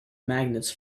magnets